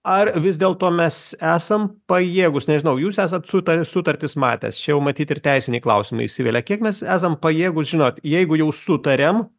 ar vis dėlto mes esam pajėgūs nežinau jūs esat suta sutartis matęs čia jau matyt ir teisiniai klausimai įsivelia kiek mes esam pajėgūs žinot jeigu jau sutarėm